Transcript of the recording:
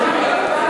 לא כל כך.